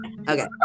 Okay